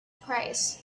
price